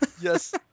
Yes